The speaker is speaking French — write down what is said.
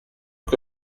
que